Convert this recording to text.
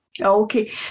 Okay